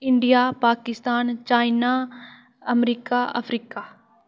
India Pakistan China America Africa